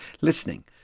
listening